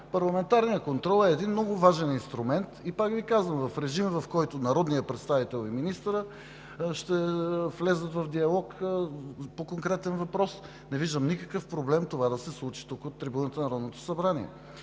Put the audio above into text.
парламентарният контрол е един много важен инструмент. Пак Ви казвам: в режим, в който народният представител и министърът ще влязат в диалог по конкретен въпрос, не виждам никакъв проблем това да се случи тук, от